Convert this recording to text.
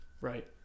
Right